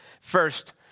First